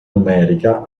numerica